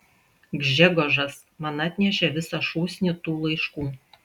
gžegožas man atnešė visą šūsnį tų laiškų